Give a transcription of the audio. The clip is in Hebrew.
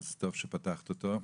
אז טוב שפתחת אותו.